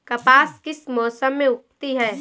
कपास किस मौसम में उगती है?